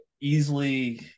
easily